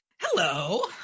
Hello